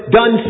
done